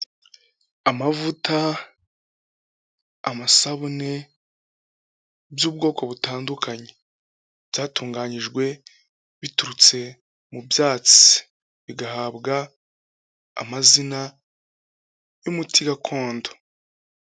Amavuta, amasabune by'ubwoko butandukanye, byatunganyijwe biturutse mu byatsi, bigahabwa amazina y'umuti gakondo.